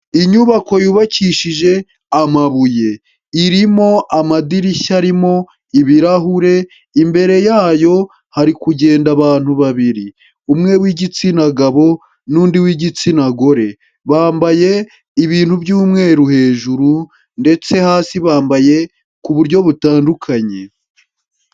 Inyubako yubakishije amabuye irimo amadirishya arimo ibirahure, imbere yayo harikugenda abantu babiri. Umwe w'igitsina gabo n'undi w'igitsina gore. Bambaye ibintu by'umweru hejuru ndetse hasi bambaye ku buryo butandukanye.